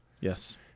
Yes